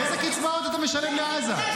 איזה קצבאות אתה משלם לעזה?